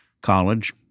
college